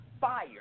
fire